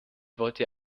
wollte